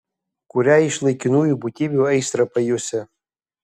kuriai iš laikinųjų būtybių aistrą pajusi